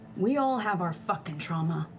we all have our fucking trauma.